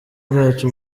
bwacu